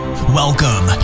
Welcome